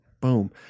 Boom